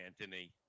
Anthony